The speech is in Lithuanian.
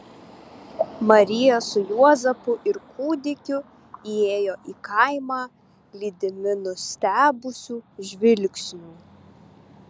marija su juozapu ir kūdikiu įėjo į kaimą lydimi nustebusių žvilgsnių